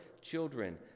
children